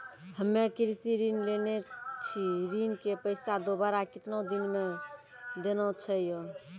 हम्मे कृषि ऋण लेने छी ऋण के पैसा दोबारा कितना दिन मे देना छै यो?